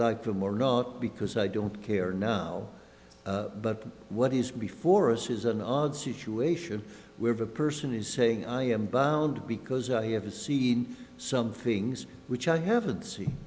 like them or not because i don't care now but what is before us is an odd situation we have a person is saying i am bound because you have to see some things which i haven't seen